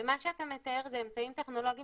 מה שאתה מתאר זה אמצעים טכנולוגיים